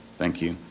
thank you.